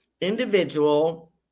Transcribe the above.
individual